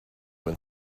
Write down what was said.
when